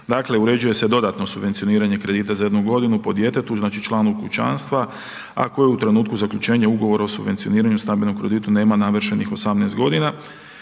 Dakle, uređuje se dodatno subvencioniranje kredita za jednu godinu po djetetu, znači članu kućanstva, a koje u trenutku zaključenju ugovora o subvencioniranju stambenog kredita nema navršenih 18 godina.